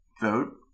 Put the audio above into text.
vote